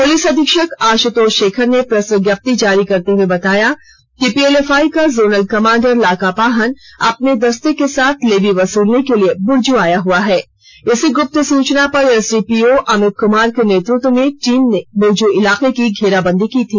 police अधीक्षक आशुतोष शेखर ने press विज्ञप्ति जारी करते हुए बताया कि पीएलएफआई का जोनल कमांडर लाका पाहन अपने दस्ते के साथ लेवी वसूलने के लिए बुरजू आया हुआ इस गुप्त सूचना पर एसडीपीओ अमित कुमार के नेतृत्व में टीम ने बुरजु इलाके की घेराबंदी की थी